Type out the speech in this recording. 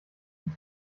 den